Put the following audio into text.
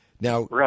Now